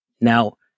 Now